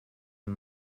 and